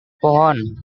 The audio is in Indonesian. pohon